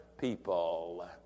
people